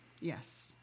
Yes